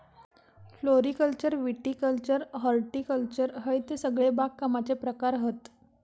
floriculture viticulture horticulture हयते सगळे बागकामाचे प्रकार हत